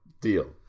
Deal